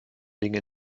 dinge